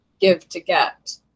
give-to-get